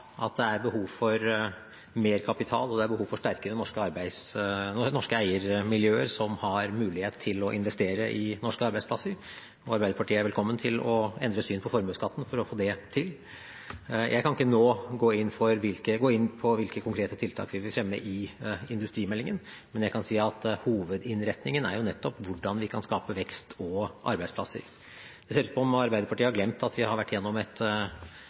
behov for mer kapital, og det er behov for sterkere norske eiermiljøer som har mulighet til å investere i norske arbeidsplasser, og Arbeiderpartiet er velkommen til å endre syn på formuesskatten for å få det til. Jeg kan ikke nå gå inn på hvilke konkrete tiltak vi vil fremme i industrimeldingen, men jeg kan si at hovedinnretningen er nettopp hvordan vi kan skape vekst og arbeidsplasser. Det ser ut som at Arbeiderpartiet har glemt at vi har vært gjennom et